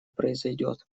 произойдет